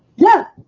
yeah.